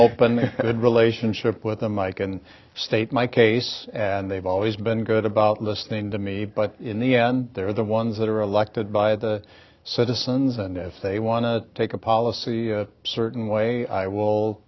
minded relationship with them i can state my case and they've always been good about listening to me but in the end they're the ones that are elected by the citizens and if they want to take a policy a certain way i will